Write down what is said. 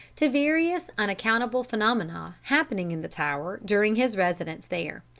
to various unaccountable phenomena happening in the tower during his residence there.